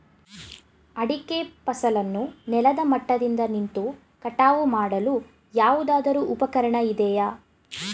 ಅಡಿಕೆ ಫಸಲನ್ನು ನೆಲದ ಮಟ್ಟದಿಂದ ನಿಂತು ಕಟಾವು ಮಾಡಲು ಯಾವುದಾದರು ಉಪಕರಣ ಇದೆಯಾ?